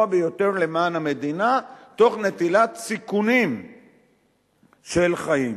ביותר למען המדינה תוך נטילת סיכונים של חיים.